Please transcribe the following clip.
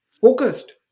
focused